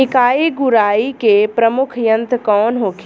निकाई गुराई के प्रमुख यंत्र कौन होखे?